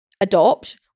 adopt